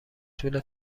طول